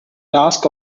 task